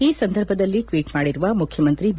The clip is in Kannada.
ಈ ಸಂದರ್ಭದಲ್ಲಿ ಟ್ವೀಟ್ ಮಾಡಿರುವ ಮುಖ್ಯಮಂತ್ರಿ ಬಿ